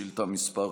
שאילתה מס'